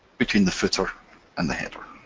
between the footer and the header.